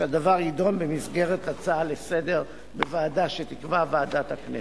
שהדבר יידון במסגרת הצעה לסדר-היום בוועדה שתקבע ועדת הכנסת.